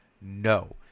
no